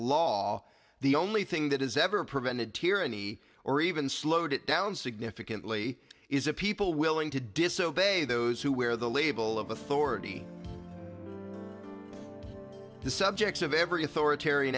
law the only thing that has ever prevented tyranny or even slowed it down significantly is a people willing to disobeyed those who wear the label of authority the subjects of every authoritarian